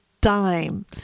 dime